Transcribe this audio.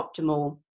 optimal